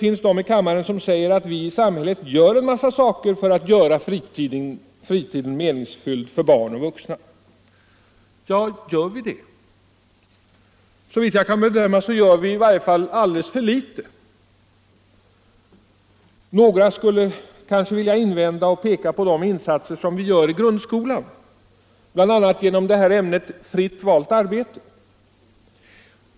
finns ledamöter av kammaren som anser att vi i samhället redan vidtar en mängd åtgärder för att göra fritiden mera meningsfylld för barn och vuxna. Ja, gör vi det? Såvitt jag kan bedöma gör vi deta alldeles för litet. Några skulle kanske vilja invända genom att peka på de insatser som vi gör i grundskolan, bl.a. genom ämnet fritt valt arbete.